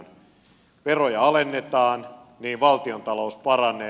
kun veroja alennetaan niin valtiontalous paranee